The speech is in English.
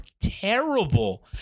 terrible